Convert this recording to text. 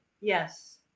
Yes